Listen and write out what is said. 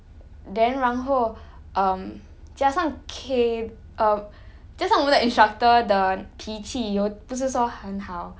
then 然后 um 加上 K err 加上我们的 instructor 的脾气有不是说很好